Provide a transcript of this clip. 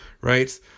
right